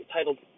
Titled